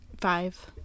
Five